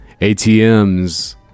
ATMs